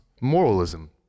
moralism